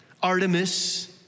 Artemis